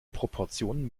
proportionen